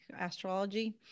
astrology